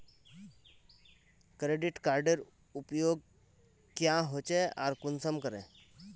Credit कार्डेर उपयोग क्याँ होचे आर कुंसम करे?